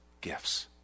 gifts